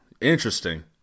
Interesting